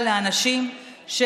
הפוך, זה חלק מנוהל עבודה שמקובל